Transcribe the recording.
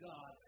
God